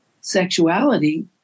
sexuality